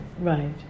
Right